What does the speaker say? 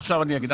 עכשיו אני אגיד.